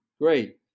great